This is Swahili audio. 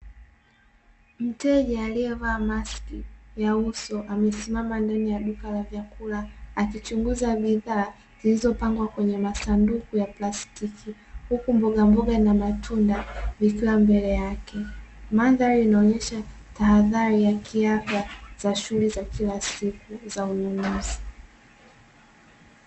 Mteja alievaa maski ya uso amesimama ndani ya duka la vyakula akichunguza bidhaa zilizopangwa kwenye masanduku ya plastiki, huku mboga mboga na matunda vikiwa mbele yake. Mandhari inaonyesha tahadhari ya kiafya za shughuli za kila siku za ununuzi.